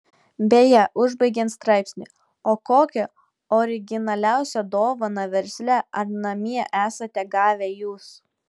beje užbaigiant straipsnį o kokią originaliausią dovaną versle ar namie esate gavę jūs